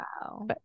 Wow